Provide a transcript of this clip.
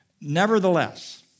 Nevertheless